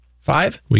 Five